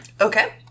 okay